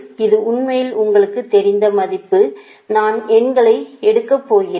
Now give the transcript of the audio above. இது உண்மையில் உங்களுக்குத் தெரிந்த மதிப்பு நான் எண்களை எடுக்கப் போகிறேன்